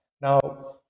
Now